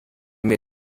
mir